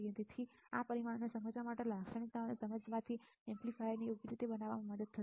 તેથી તેથી આ પરિમાણોને સમજવા અને આ લાક્ષણિકતાને સમજવાથી એમ્પ્લીફાયરને યોગ્ય રીતે બનાવામાં મદદ મળશે